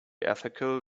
ethical